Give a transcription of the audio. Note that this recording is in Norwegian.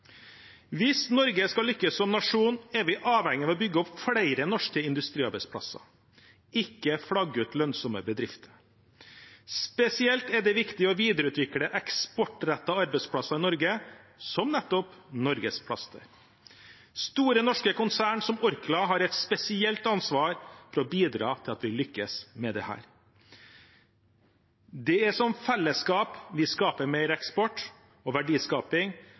Hvis Norge skal lykkes som nasjon, er vi avhengig av å bygge opp flere norske industriarbeidsplasser, ikke flagge ut lønnsomme bedrifter. Spesielt er det viktig å videreutvikle eksportrettede arbeidsplasser i Norge, som nettopp Norgesplaster. Store norske konsern som Orkla har et spesielt ansvar for å bidra til at vi lykkes med dette. Det er som fellesskap vi skaper mer eksport og verdiskaping,